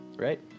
Right